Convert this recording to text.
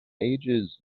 ages